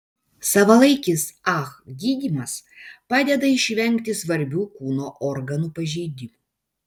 savalaikis ah gydymas padeda išvengti svarbių kūno organų pažeidimų